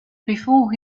before